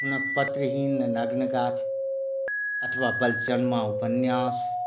हुनक पत्रहीन नग्न गाछ अथवा बलचनवा उपन्यास